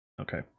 Okay